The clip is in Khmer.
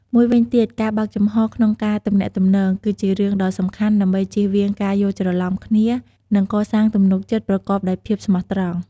មួយវិញទៀតការបើកចំហរក្នុងការទំនាក់ទំនង គឺជារឿងដ៏សំខាន់ដើម្បីជៀសវាងការយល់ច្រឡំគ្នា និងកសាងទំនុកចិត្ត ប្រកបដោយភាពស្មោះត្រង់។